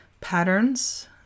patterns